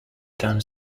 time